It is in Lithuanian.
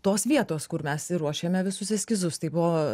tos vietos kur mes ir ruošiame visus eskizus tai buvo